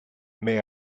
may